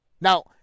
Now